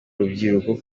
rubyiruko